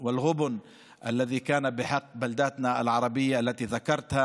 לעושק ולעוול שבו היו נתונים היישובים הערביים שציינתי: